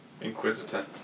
Inquisitor